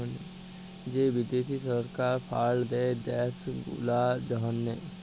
যে বিদ্যাশি সরকার ফাল্ড দেয় দ্যাশ গুলার জ্যনহে